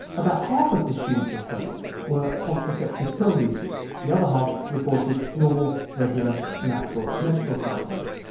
about half of the students they studied were contraceptive pill users, the other half reported normal, regular, natural menstrual cycles.